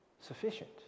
sufficient